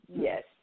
Yes